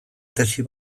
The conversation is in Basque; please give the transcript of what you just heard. tesi